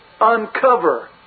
Uncover